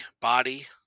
body